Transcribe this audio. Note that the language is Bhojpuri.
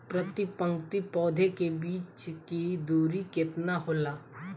प्रति पंक्ति पौधे के बीच की दूरी केतना होला?